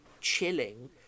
chilling